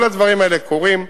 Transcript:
כל הדברים האלה קורים.